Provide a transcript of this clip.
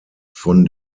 von